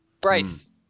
Bryce